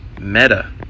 Meta